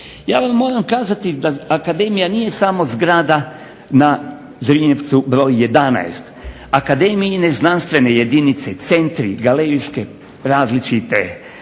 Ja vam moram kazati da akademija nije samo zgrada na Zrinjevcu br. 11. Akademijine znanstvene jedinice, centri, galerijske različite